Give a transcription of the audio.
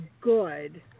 good